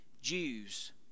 Jews